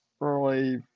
early